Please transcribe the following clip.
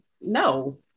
no